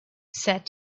said